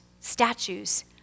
Statues